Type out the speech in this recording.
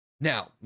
Now